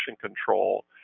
control